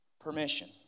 permission